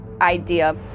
idea